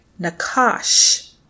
Nakash